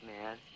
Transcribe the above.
man